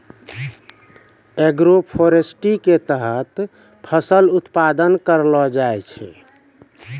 agroforestry के तहत फसल उत्पादन करलो जाय छै